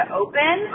open